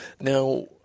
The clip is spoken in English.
Now